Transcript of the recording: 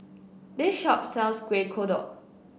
this shop sells Kueh Kodok